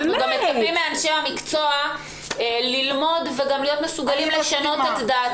אנחנו גם מצפים מאנשי המקצוע ללמוד וגם להיות מסוגלים לשנות את דעתם.